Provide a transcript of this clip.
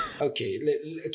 okay